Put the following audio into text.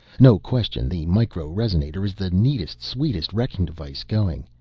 no question the micro-resonator is the neatest sweetest wrecking device going.